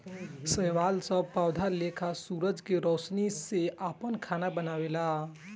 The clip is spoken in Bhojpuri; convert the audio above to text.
शैवाल सब पौधा लेखा सूरज के रौशनी से आपन खाना बनावेला